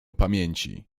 pamięci